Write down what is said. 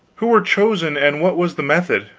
who were chosen, and what was the method?